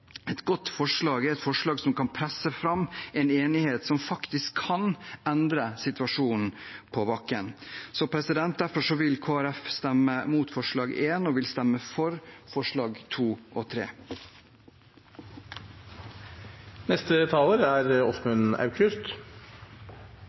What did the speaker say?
Et godt forslag er et forslag som kan presse fram en enighet som faktisk kan endre situasjonen på bakken. Derfor vil Kristelig Folkeparti stemme mot forslag nr. 1 og for forslagene nr. 2 og